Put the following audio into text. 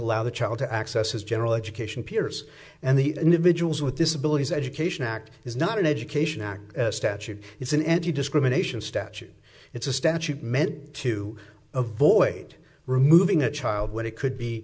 allow the child to access his general education peers and the individuals with disabilities education act is not an education statute it's an edgy discrimination statute it's a statute meant to avoid removing a child when it could